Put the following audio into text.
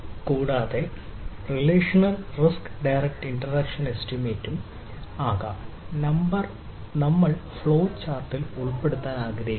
കൂടാതെ relational risk direct interaction trust എസ്റ്റിമേറ്റും ഉൾപ്പെടുത്താൻ ആഗ്രഹിക്കുന്നു